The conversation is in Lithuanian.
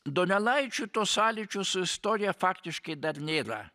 donelaičio to sąlyčio su istorija faktiškai dar nėra